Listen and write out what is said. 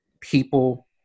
people